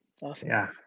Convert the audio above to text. awesome